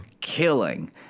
killing